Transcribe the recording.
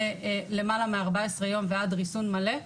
ולמעלה מ-14 יום ועד ריסון מלא.